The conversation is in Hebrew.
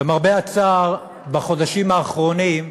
למרבה הצער, בחודשים האחרונים,